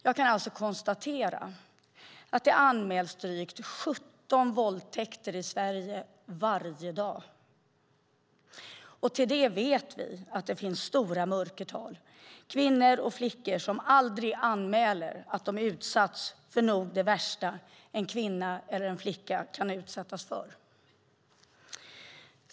Jag kan alltså konstatera att det anmäls drygt 17 våldtäkter i Sverige varje dag. I tillägg till det vet vi att det finns stora mörkertal - kvinnor och flickor som aldrig anmäler att de utsatts för nog det värsta en kvinna eller flicka kan utsättas för.